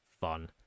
fun